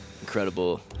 incredible